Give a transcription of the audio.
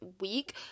week